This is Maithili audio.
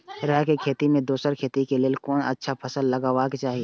राय के खेती मे दोसर खेती के लेल कोन अच्छा फसल लगवाक चाहिँ?